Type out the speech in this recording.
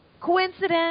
Coincidence